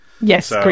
Yes